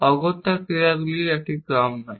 অগত্যা ক্রিয়াগুলির একটি ক্রম নয়